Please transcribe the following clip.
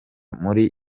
muri